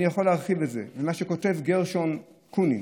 אני יכול להרחיב את זה למה שכותב גרשון קונין: